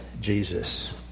Jesus